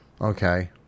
Okay